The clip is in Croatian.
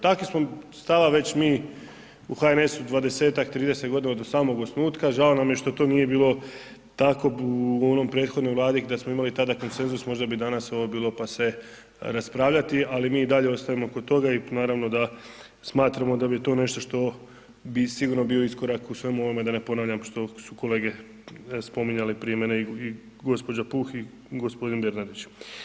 Takvi smo stava već mi u HNS-u 20, 30 godina od samog osnutka, žao nam je što to nije bilo tako u onom prethodnoj vladi, da smo imali tada konsenzus možda bi danas ovo bilo pase raspravljati, ali mi i dalje ostajemo kod toga i naravno da smatramo da bi to nešto što bi sigurno bio iskorak u svemu ovome da ne ponavljam što su kolege spominjale prije mene i gospođa Puh i gospodin Bernardić.